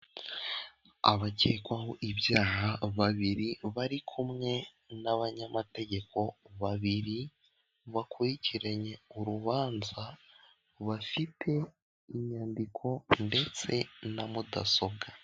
Abakekwaho ibyaha babiri bari kumwe n'abanyamategeko babiri bakurikiranye urubanza, bafite inyandiko ndetse na mudasobwa.